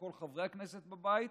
כל חברי הכנסת בבית,